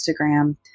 Instagram